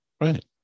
Right